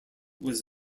was